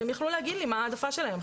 שהם יוכלו להגיד לי מה העדפה שלהם.